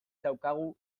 daukagu